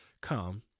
come